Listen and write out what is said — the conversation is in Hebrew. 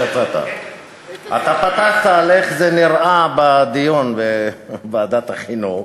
אתה פתחת על איך זה נראה בדיון בוועדת החינוך,